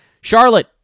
Charlotte